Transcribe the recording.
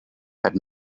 had